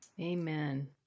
amen